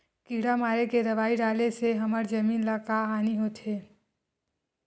किड़ा मारे के दवाई डाले से हमर जमीन ल का हानि होथे?